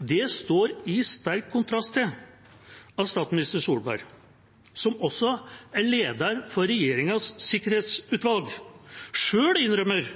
Det står i sterk kontrast til at statsminister Solberg, som også er leder for Regjeringens sikkerhetsutvalg, selv innrømmer